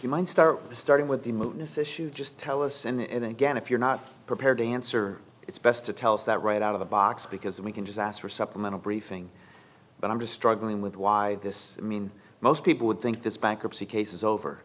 you might start starting with the most issue just tell us and then again if you're not prepared to answer it's best to tell us that right out of the box because we can just ask for supplemental briefing but i'm just struggling with why this i mean most people would think this bankruptcy case is over